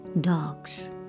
dogs